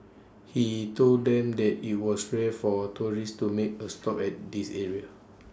he told them that IT was rare for tourists to make A stop at this area